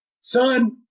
son